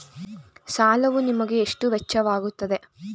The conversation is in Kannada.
ಸಾಲವು ನಿಮಗೆ ಎಷ್ಟು ವೆಚ್ಚವಾಗುತ್ತದೆ?